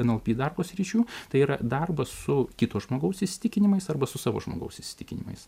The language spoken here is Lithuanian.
nlp darbo sričių tai yra darbas su kito žmogaus įsitikinimais arba su savo žmogaus įsitikinimais